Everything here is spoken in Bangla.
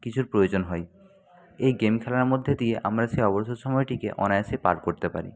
কিছুর প্রয়োজন হয় এই গেম খেলার মধ্যে দিয়ে আমরা সেই অবসর সময়টিকে অনায়াসে পার করতে পারি